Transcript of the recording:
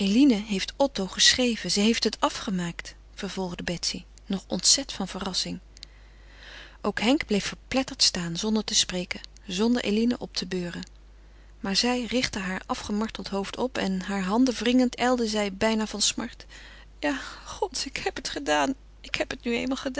heeft otto geschreven ze heeft het afgemaakt vervolgde betsy nog ontzet van verrassing ook henk bleef verpletterd staan zonder te spreken zonder eline op te beuren maar zij richtte heur afgemarteld hoofd op en hare handen wringend ijlde zij bijna van smart ja god ik heb het gedaan ik heb het nu eenmaal